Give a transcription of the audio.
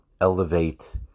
elevate